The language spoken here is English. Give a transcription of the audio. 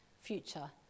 future